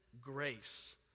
grace